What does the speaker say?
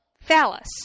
Phallus